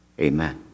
Amen